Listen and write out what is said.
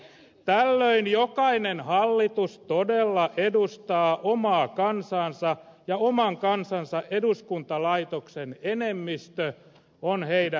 tällöin jokainen hallitus todella edustaa omaa kansaansa ja oman kansansa eduskuntalaitoksen enemmistö on heidän takanaan